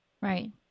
right